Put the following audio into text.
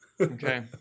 Okay